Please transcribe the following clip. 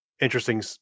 interesting